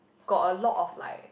got a lot of like